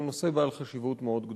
והוא נושא בעל חשיבות מאוד גדולה.